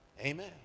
Amen